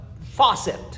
faucet